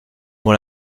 dont